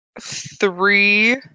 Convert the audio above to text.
three